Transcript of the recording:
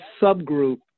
subgroup